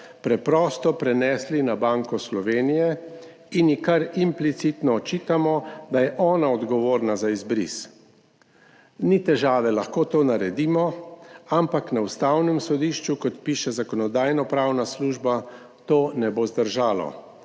preprosto prenesli na Banko Slovenije in ji kar implicitno očitamo, da je ona odgovorna za izbris. Ni težave, lahko to naredimo, ampak na Ustavnem sodišču, kot piše Zakonodajno-pravna služba, to ne bo zdržalo.